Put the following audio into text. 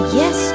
yes